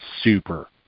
super